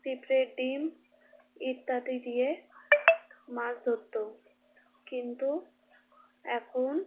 পিঁপড়ের ডিম ইত্যাদি দিয়ে মাছ ধরত কিন্তু এখন